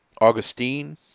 Augustine